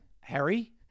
Harry